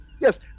Yes